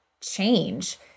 change